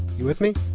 you with me?